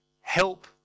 help